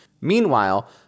Meanwhile